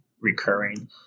recurring